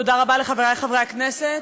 תודה רבה לחברי חברי הכנסת.